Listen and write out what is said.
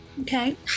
Okay